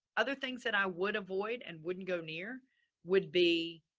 other things that i would avoid and wouldn't go near would be